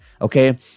okay